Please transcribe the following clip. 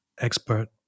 expert